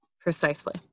precisely